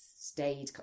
Stayed